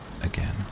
again